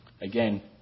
again